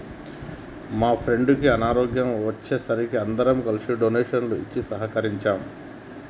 మా ఫ్రెండుకి అనారోగ్యం వచ్చే సరికి అందరం కలిసి డొనేషన్లు ఇచ్చి సహకరించాం